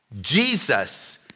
Jesus